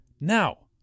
Now